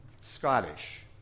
Scottish